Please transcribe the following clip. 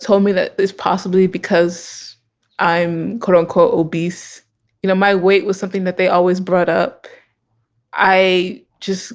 told me is possibly because i'm quote unquote obese you know my weight was something that they always brought up i just